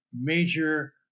major